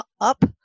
up